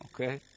okay